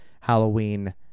Halloween